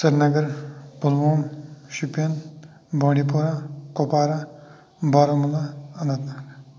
Srinagar Pulwama Shopian Bandipora Kupwara Baramulla Anant Nag